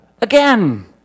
again